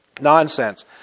nonsense